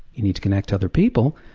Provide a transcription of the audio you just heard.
you need to connect to other people,